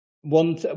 one